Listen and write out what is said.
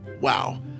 Wow